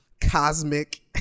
cosmic